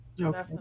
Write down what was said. Okay